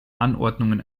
anordnungen